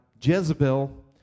Jezebel